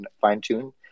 fine-tune